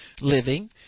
living